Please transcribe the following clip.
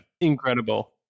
Incredible